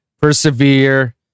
Persevere